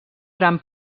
gran